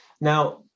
Now